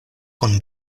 kun